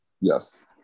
Yes